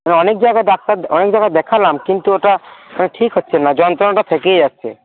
মানে অনেক জায়গায় ডাক্তার অনেক জায়গায় দেখালাম কিন্তু ওটা মানে ঠিক হচ্ছে না যন্ত্রণাটা থেকেই যাচ্ছে